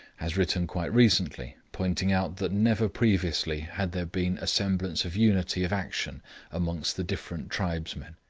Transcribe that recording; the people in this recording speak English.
has written quite recently, pointing out that never previously had there been a semblance of unity of action amongst the different tribesmen.